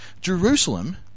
Jerusalem